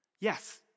Yes